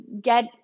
get